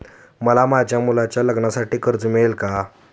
मला माझ्या मुलाच्या लग्नासाठी कर्ज मिळेल का?